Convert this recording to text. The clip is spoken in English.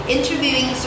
Interviewing